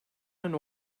and